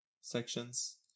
sections